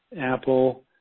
apple